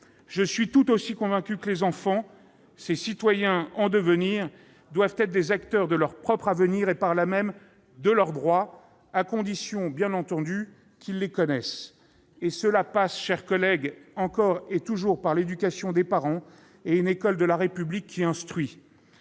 Je suis tout aussi convaincu que les enfants, ces citoyens en devenir, doivent être des acteurs de leur propre avenir et, par là même, de leurs droits, à condition bien entendu de les connaître. Cela passe, mes chers collègues, encore et toujours, par l'éducation des parents et par une école de la République qui instruit.